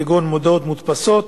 כגון מודעות מודפסות,